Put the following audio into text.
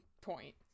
Point